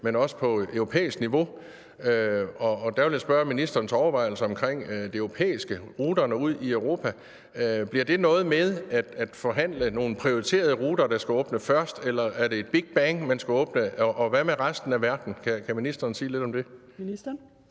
men også på et europæisk niveau, og der vil jeg spørge om ministerens overvejelser omkring det europæiske, ruterne ud i Europa: Bliver det noget med at forhandle nogle prioriterede ruter, der skal åbne først, eller er det med et big bang, man skal åbne? Og hvad med resten af verden? Kan ministeren sige lidt om det?